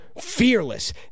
fearless